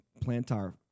plantar